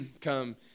come